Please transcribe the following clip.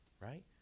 right